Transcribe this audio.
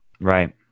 Right